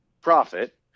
profit